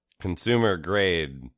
Consumer-grade